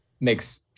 makes –